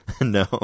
No